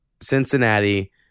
Cincinnati